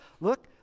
look